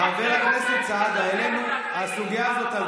סעדה, אל תפריע.